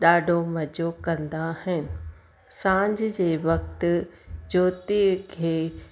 ॾाढो मज़ो कंदा आहिनि सांझ जे वक़्तु जोतीअ खे